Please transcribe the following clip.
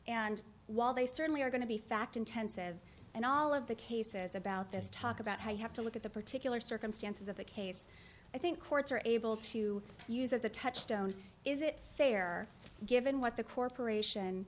and while they certainly are going to be fact intensive and all of the cases about this talk about how you have to look at the particular circumstances of the case i think courts are able to use as a touchstone is it fair given what the corporation